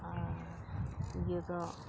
ᱟᱨ ᱤᱭᱟᱹ ᱫᱚ